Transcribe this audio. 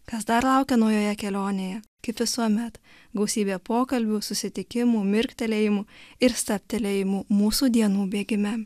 kas dar laukia naujoje kelionėje kaip visuomet gausybė pokalbių susitikimų mirktelėjimų ir stabtelėjimų mūsų dienų bėgime